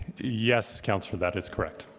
yes, councillor, that is correct.